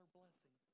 blessing